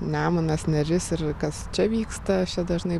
nemunas neris ir kas čia vyksta aš čia dažnai